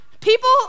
people